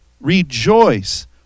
rejoice